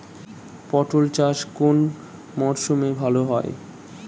পটল চাষ কোন মরশুমে ভাল হয়?